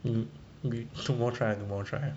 hmm okay tomorrow try ah tomorrow try